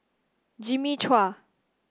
Jimmy Chua